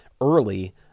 early